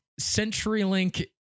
CenturyLink